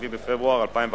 7 בפברואר 2011,